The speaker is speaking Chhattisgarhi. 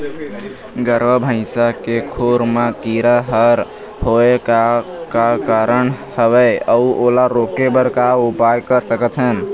गरवा भैंसा के खुर मा कीरा हर होय का कारण हवए अऊ ओला रोके बर का उपाय कर सकथन?